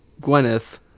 Gwyneth